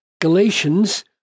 Galatians